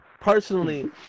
personally